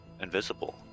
invisible